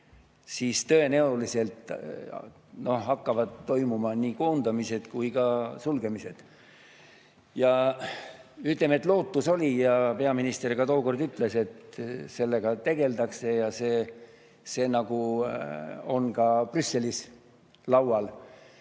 siis tõenäoliselt hakkavad toimuma nii koondamised kui ka sulgemised. Ütleme, et lootust oli. Peaminister ka tookord ütles, et sellega tegeldakse ja see on ka Brüsselis laual.